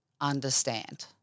understand